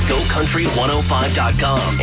GoCountry105.com